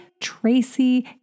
Tracy